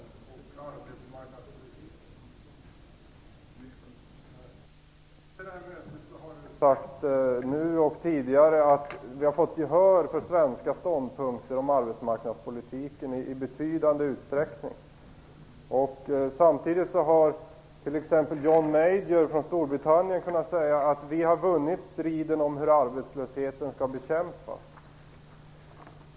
Fru talman! Jag skulle vilja ställa en fråga om mötet i Essen och arbetsmarknadspolitiken. Statsministern har nu och tidigare sagt att vi vid det mötet har fått gehör för svenska ståndpunkter om arbetsmarknadspolitiken i betydande utsträckning. Samtidigt har t.ex. John Major från Storbritannien kunnat säga: Vi har vunnit striden om hur arbetslösheten skall bekämpas.